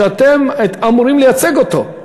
שאתם אמורים לייצג אותו.